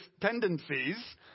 tendencies